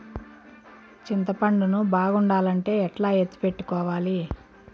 చింతపండు ను బాగుండాలంటే ఎట్లా ఎత్తిపెట్టుకోవాలి?